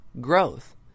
growth